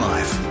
Life